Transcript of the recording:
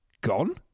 Gone